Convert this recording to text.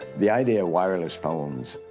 the idea of wireless phones,